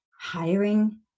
hiring